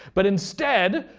but instead,